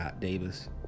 Davis